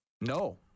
No